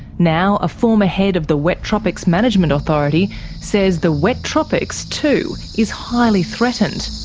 now a former head of the wet tropics management authority says the wet tropics too is highly threatened.